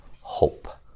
hope